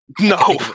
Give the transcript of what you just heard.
No